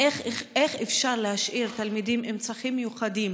איך אפשר להשאיר תלמידים עם צרכים מיוחדים,